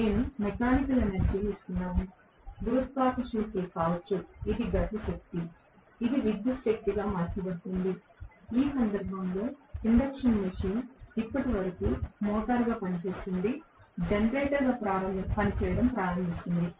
నేను మెకానికల్ ఎనర్జీని ఇస్తున్నాను గురుత్వాకర్షణ పుల్ కావచ్చు ఇది గతి శక్తి ఇది విద్యుత్ శక్తిగా మార్చబడుతుంది ఈ సందర్భంలో ఇండక్షన్ మెషిన్ ఇప్పటి వరకు మోటారుగా పనిచేస్తున్నది జనరేటర్గా పనిచేయడం ప్రారంభిస్తుంది